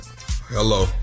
Hello